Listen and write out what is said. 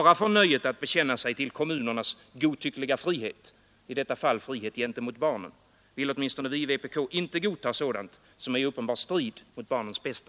Bara för nöjet att bekänna sig till kommunernas godtyckliga frihet — i detta fall gentemot barnen — vill åtminstone vi i vpk inte godta sådant som är i uppenbar strid mot barnens bästa.